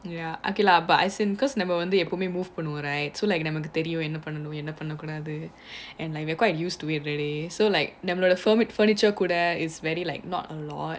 ya okay lah but as in cause நாமவந்துஎப்பவுமே: nama vandhu eppavume you put me move பண்ணுவோம்: pannuvom right so like நமக்குதெரியும்என்னபண்ணனும்என்னபண்ணகூடாதுனு: nammakku theriyum enna pannanum enna panna kudadhunu and like we're quite used to it already so like நம்மளோட: nammaloda fur~ furniture கூட: kuda is very like not a lot